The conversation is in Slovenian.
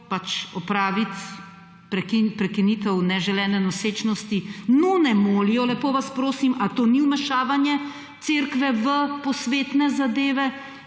pač opravit prekinitev neželene nosečnosti, nune molijo. Lepo vas prosim, a to ni vmešavanje Cerkve v posvetne zadeve?